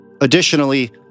Additionally